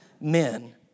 men